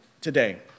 today